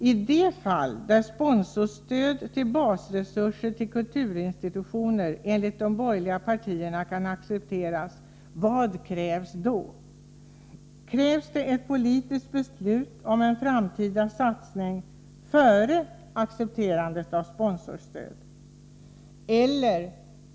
I de fall där sponsorstöd till basresurser till kulturinstitutioner enligt de borgerliga partierna kan accepteras, vad krävs då? Krävs det ett politiskt beslut om en framtida satsning före accepterandet av sponsorstöd?